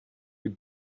you